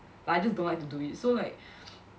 like I just don't like to do it so like